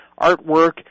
artwork